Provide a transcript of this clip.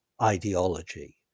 ideology